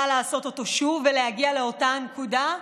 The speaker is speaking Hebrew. לעשות אותו שוב ולהגיע לאותה נקודה,